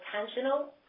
intentional